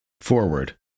Forward